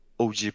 OG